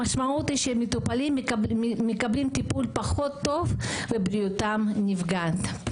המשמעות היא שמטופלים מקבלים טיפול פחות טוב ובריאותם נפגעת.